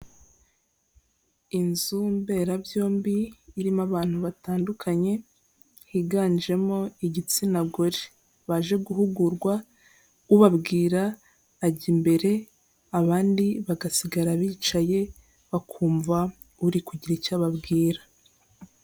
Inzu mberabyombi irimo abantu batandukanye higanjemo igitsina gore, baje guhugurwa ubabwira ajya imbere abandi bagasigara bicaye bakumva uri kugira icyo ababwira.